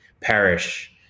perish